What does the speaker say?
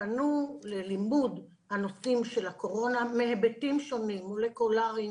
פנו ללימוד הנושאים של הקורונה מהיבטים שונים מולקולריים